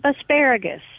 Asparagus